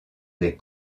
des